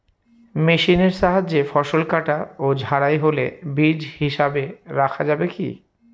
মেশিনের সাহায্যে ফসল কাটা ও ঝাড়াই হলে বীজ হিসাবে রাখা যাবে কি?